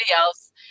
else